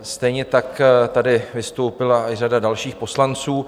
Stejně tak tady vystoupila i řada dalších poslanců.